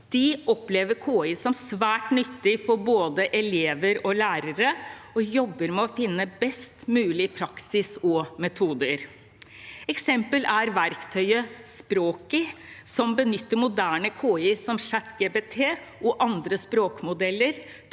De opplever KI som svært nyttig for både elever og lærere og jobber med å finne best mulig praksis og metoder. Et eksempel er verktøyet Språki, som benytter moderne KI som ChatGPT og andre språkmodeller,